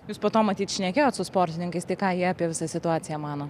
jūs po to matyt šnekėjot su sportininkais tai ką jie apie visą situaciją mano